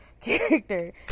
character